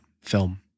film